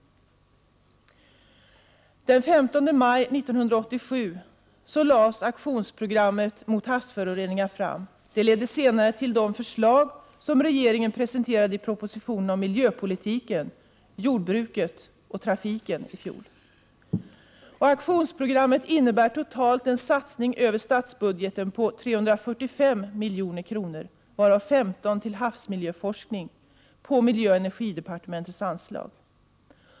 Den 15 maj 1987 lades aktionsprogrammet mot havsföroreningar fram. Det ledde senare till de förslag som regeringen presenterade i propositionerna om miljöpolitiken, jordbruket och trafiken i fjol. Aktionsprogrammet innebär totalt en satsning över statsbudgeten på 345 milj.kr., varav 15 milj.kr. till havsmiljöforskning på miljöoch energidepartementets anslag.